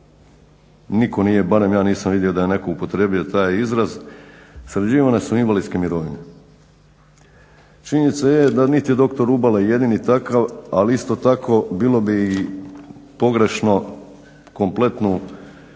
nitko nije, barem ja nisam vidio da je netko upotrijebio taj izraz, sređivane su invalidske mirovine. Činjenica je da niti je dr. Rubalo jedini takav, ali isto tako bilo bi pogrešno kompletnu